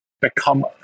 become